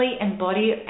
embody